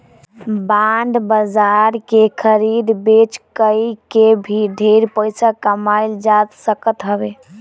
bond बाजार के खरीद बेच कई के भी ढेर पईसा कमाईल जा सकत हवे